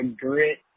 grit